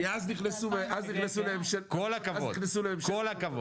כי נכנסו לממשלת --- כל הכבוד.